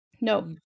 No